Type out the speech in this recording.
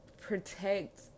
Protect